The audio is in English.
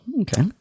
Okay